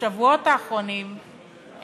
בשבועות האחרונים,